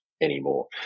anymore